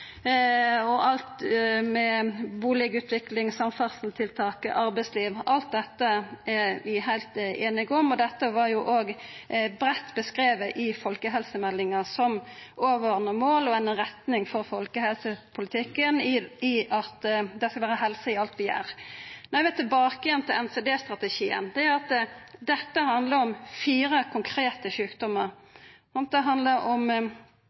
Alt med omsyn til bustadutvikling, samferdselstiltak og arbeidsliv er vi heilt einige om. Dette var òg breitt beskrive i folkehelsemeldinga som overordna mål og ei retning for folkehelsepolitikken – det skal vera helse i alt vi gjer. Men eg vil tilbake til NCD-strategien. Dette handlar om fire konkrete sjukdomar. Det handlar om